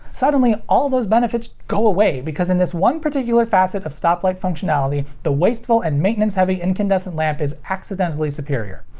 suddenly, all those benefits go away, because in this one particular facet of stoplight functionality, the wasteful and maintenance-heavy incandescent lamp is accidentally superior.